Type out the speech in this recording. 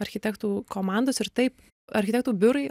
architektų komandos ir taip architektų biurai